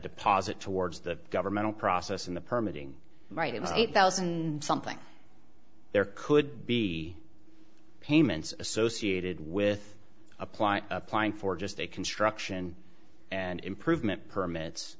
deposit towards the governmental process and the permit ing right it was eight thousand something there could be payments associated with applying applying for just a construction and improvement permits